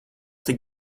tik